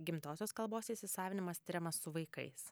gimtosios kalbos įsisavinimas tiriamas su vaikais